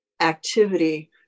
activity